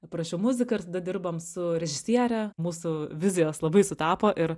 aprašiau muziką ir tada dirbom su režisiere mūsų vizijos labai sutapo ir